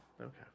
Okay